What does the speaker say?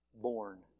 born